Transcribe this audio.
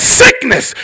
sickness